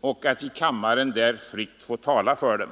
och i kammaren fritt tala för dem.